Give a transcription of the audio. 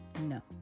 No